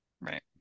Right